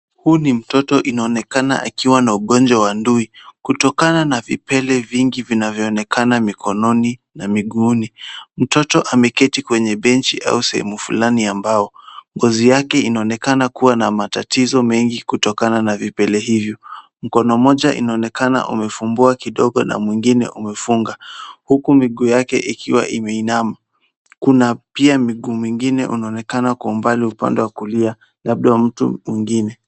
Huyu ni mtoto anaonekana akiwa na ugonjwa wa ndui kutokana na vipele vingi vinavyoonekana mikononi na miguuni. Mtoto ameketi kwenye benchi au sehemu fulani ya mbao. Ngozi yake inaonekana kuwa na matatizo mengi kutokana na vipele hivyo. Mkono moja inaonekana umefumbua kidogo na mwingine umefunga huku miguu yake ikiwa imeinama. Kuna pia miguu mingine unaonekana kwa umbali kwa upande wa kulia labda wa mtu mwingine.